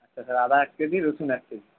আচ্ছা স্যার আদা এক কেজি রসুন এক কেজি